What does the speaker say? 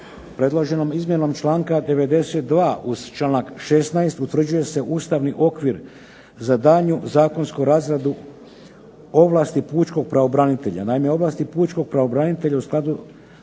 Predloženom izmjenom članka 92. uz članak 16. utvrđuje se ustavni okvir za daljnju zakonsku razradu ovlasti pučkog pravobranitelja.